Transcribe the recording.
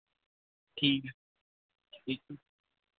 ठीक है बिल्कुल